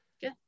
Good